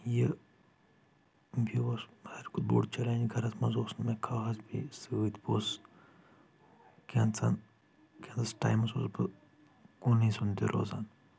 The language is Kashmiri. یہِ بیٚیہِ اوس ساروٕے کھۄتہٕ بوٚڑ چیلینج گرس منٛز اوس نہٕ مےٚ خاص بیٚیہِ سۭتۍ بہٕ اوسُس کینٛژن کھٮ۪نس ٹایمس اوسُس بہٕ کُنُے زوٚن تہِ روزان